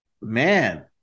man